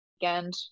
weekend